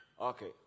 Okay